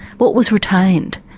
what was retained?